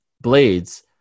Blades